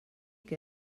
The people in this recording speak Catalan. que